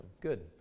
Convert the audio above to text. Good